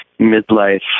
midlife